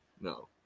No